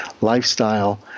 lifestyle